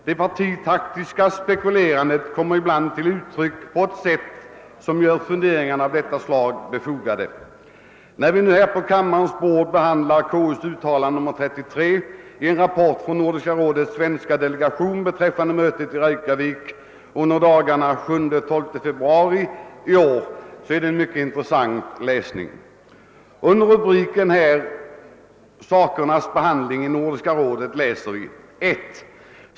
Det partitaktiska spekulerandet kommer ibland till uttryck på ett sådant sätt att funderingar av detta slag blir befogade. Kammaren behandlar nu konstitutionsutskottets utlåtande nr 33 med anledning av en rapport från Nordiska rådets svenska delegation beträffande sessionen . i Reykjavik under dagarna den 7—12 februari i år. Detta är en mycket intressant läsning. Under rubriken »Sakernas behandling i Nordiska rådet» läser vi: »1.